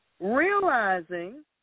Realizing